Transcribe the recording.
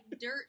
dirt